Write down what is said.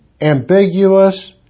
ambiguous